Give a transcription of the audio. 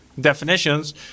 definitions